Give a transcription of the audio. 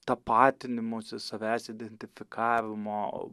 tapatinimosi savęs identifikavimo